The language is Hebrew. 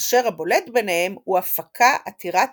אשר הבולט ביניהם הוא הפקה עתירת